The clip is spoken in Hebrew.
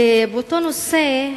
ובאותו נושא,